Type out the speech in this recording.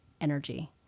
energy